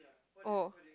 oh